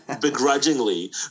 begrudgingly